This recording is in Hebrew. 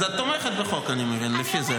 אז לפי זה אני מבין שאת תומכת בחוק.